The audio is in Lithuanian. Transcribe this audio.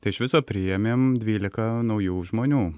tai iš viso priėmėm dvylika naujų žmonių